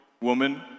woman